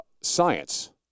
science